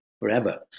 forever